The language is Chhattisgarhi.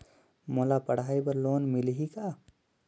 मोला पढ़ाई बर लोन मिलही का?